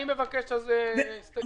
אני מבקש כמה הסתייגויות.